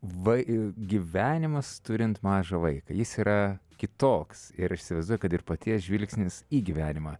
va i gyvenimas turint mažą vaiką jis yra kitoks ir įsivaizduoju kad ir paties žvilgsnis į gyvenimą